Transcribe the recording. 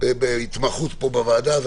בהתמחות פה בוועדה,